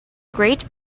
great